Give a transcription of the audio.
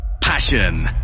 passion